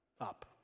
Up